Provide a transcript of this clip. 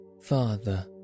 Father